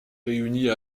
réunit